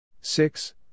six